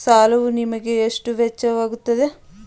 ಸಾಲವು ನಿಮಗೆ ಎಷ್ಟು ವೆಚ್ಚವಾಗುತ್ತದೆ?